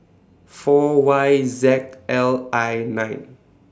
four Y Z L I nine